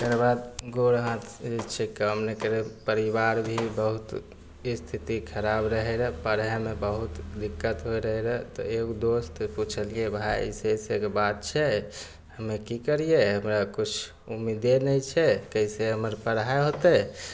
तकर बाद गोर हाथ छै काम नहि करै परिवार भी बहुत इस्थिति खराब रहै रऽ पढ़ैमे बहुत दिक्कत होइ रहै रऽ तऽ एगो दोस्तके पुछलिए भाइ अइसे अइसेके बात छै हमे कि करिए हमरा किछु उम्मीदे नहि छै कइसे हमर पढ़ाइ होतै